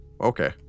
okay